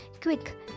Quick